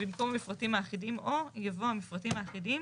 ובמקום "מפרטים האחידים או" יבוא "המפרטים האחידים,